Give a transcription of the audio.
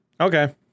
Okay